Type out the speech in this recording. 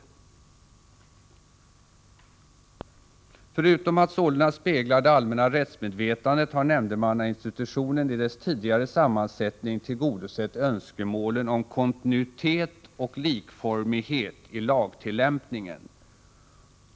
Förutom att sålunda spegla det allmänna rättsmedvetandet har nämnde mannainstitutionen i sin tidigare sammansättning tillgodosett önskemålen om kontinuitet och likformighet i lagtillämpningen.